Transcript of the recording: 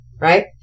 right